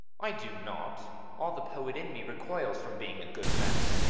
i do not all the poet in me recoils from being a good man.